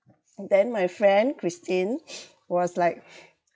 then my friend christine was like